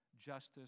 justice